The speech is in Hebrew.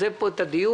עוזב פה את הדיון,